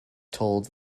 told